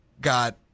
got